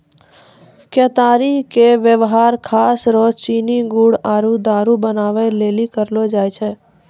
केतारी के वेवहार खास रो चीनी गुड़ आरु दारु बनबै लेली करलो जाय छै